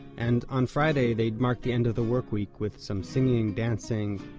and, on fridays, they'd mark the end of the work week with some singing, dancing,